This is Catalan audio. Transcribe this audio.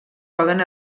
poden